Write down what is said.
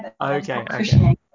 Okay